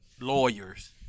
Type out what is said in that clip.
lawyers